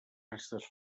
restes